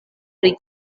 pri